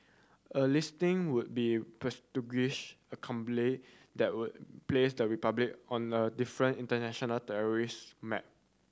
a listing would be prestigious that would place the Republic on a different international tourist map